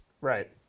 Right